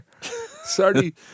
Sorry